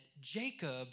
Jacob